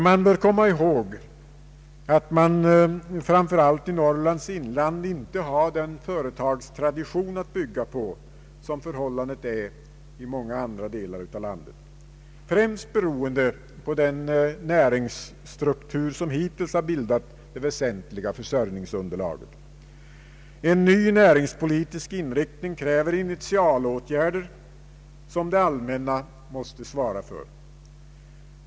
Man bör också komma ihåg att man, framför allt i Norrlands inland, inte har den företagstradition att bygga på som förhållandet är i andra delar av landet, främst beroende på den näringsstruktur som hittills bildat det väsentliga försörjningsunderlaget. En ny näringspolitisk inriktning kräver initialåtgärder, som det allmänna måste svara för.